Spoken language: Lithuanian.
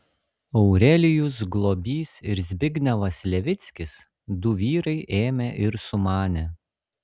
aurelijus globys ir zbignevas levickis du vyrai ėmė ir sumanė